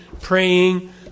praying